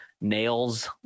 Nails